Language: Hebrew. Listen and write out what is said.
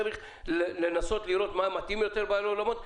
צריך לנסות לראות מה מתאים יותר לבעלי האולמות,